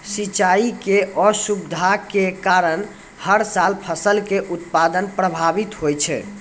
सिंचाई के असुविधा के कारण हर साल फसल के उत्पादन प्रभावित होय छै